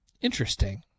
Interesting